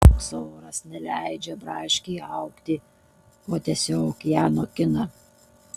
toks oras neleidžia braškei augti o tiesiog ją nokina